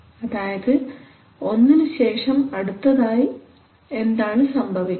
അതായത് ഒന്നിനുശേഷം അടുത്തതായി എന്താണ് സംഭവിക്കുന്നത്